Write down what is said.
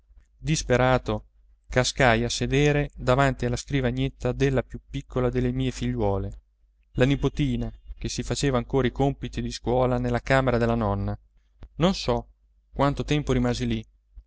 disperato cascai a sedere davanti alla scrivanietta della più piccola delle mie figliuole la nipotina che si faceva ancora i compiti di scuola nella camera della nonna non so quanto tempo rimasi lì